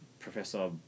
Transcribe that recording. professor